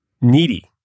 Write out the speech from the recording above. needy